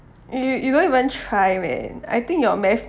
you you don't even try man I think your math